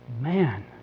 man